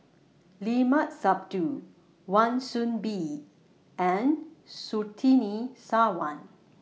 Limat Sabtu Wan Soon Bee and Surtini Sarwan